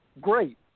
Great